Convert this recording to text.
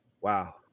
Wow